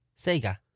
Sega